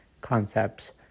concepts